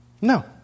No